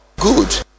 good